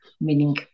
Meaning